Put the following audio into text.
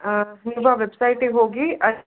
ನೀವು ಆ ವೆಬ್ಸೈಟಿಗೆ ಹೋಗಿ ಅಲ್ಲಿ